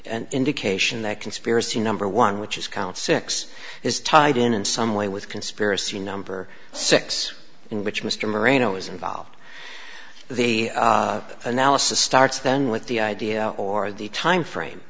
an indication that conspiracy number one which is count six is tied in in some way with conspiracy number six in which mr marino is involved the analysis starts then with the idea or the time frame